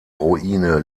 ruine